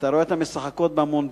ואתה רואה אותן משחקות במונדיאל,